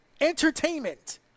Entertainment